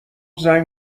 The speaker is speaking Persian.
زنگ